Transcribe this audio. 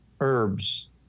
herbs